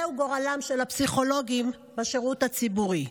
זהו גורלם של הפסיכולוגים בשירות הציבורי.